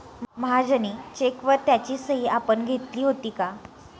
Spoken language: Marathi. महाजनी चेकवर त्याची सही आपण घेतली होती का?